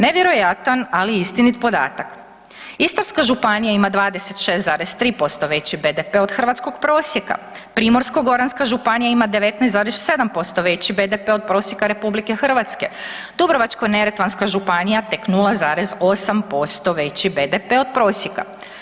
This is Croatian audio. Nevjerojatan, ali istinit podatak, Istarska županija ima 26,3% veći BDP od hrvatskog prosjeka, Primorsko-goranska županija ima 19,7% veći BDP od prosjeka RH, Dubrovačko-neretvanska županija tek 0,8% veći BDP od prosjeka.